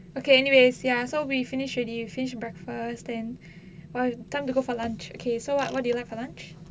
okay anyways ya so we finish already we finished breakfast then err time to go for lunch okay so what what do you want for lunch